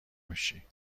میشی